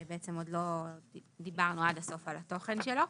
עוד לא דיברנו עד הסוף על התוכן שלו.